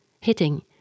Hitting